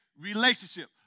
relationship